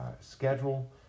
schedule